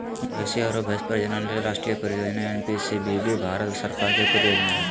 मवेशी आरो भैंस प्रजनन ले राष्ट्रीय परियोजना एनपीसीबीबी भारत सरकार के परियोजना हई